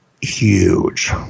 huge